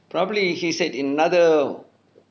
probably he said in another